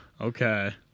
Okay